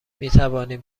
میتوانیم